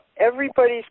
everybody's